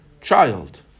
child